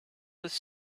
with